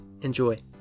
Enjoy